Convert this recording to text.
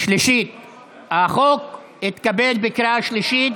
חוק הבחירות לכנסת העשרים-וחמש (הוראות מיוחדות ותיקוני חקיקה),